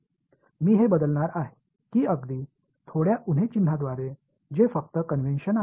मी हे बदलणार आहे की अगदी थोड्या उणे चिन्हाद्वारे जे फक्त कन्वेन्शन आहे